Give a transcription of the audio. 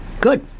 Good